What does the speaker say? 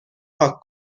پاک